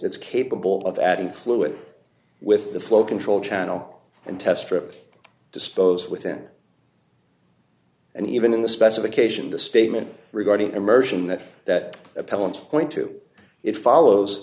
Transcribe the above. that's capable of adding fluid with the flow control channel and test trip dispose within and even in the specification the statement regarding immersion that that appellant's point to it follows